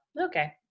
okay